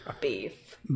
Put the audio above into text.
beef